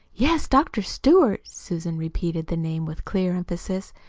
yes, dr. stewart susan repeated the name with clear emphasis.